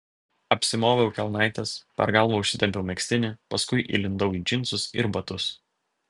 apsimoviau kelnaites per galvą užsitempiau megztinį paskui įlindau į džinsus ir batus